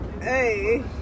Hey